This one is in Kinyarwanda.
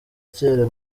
cyera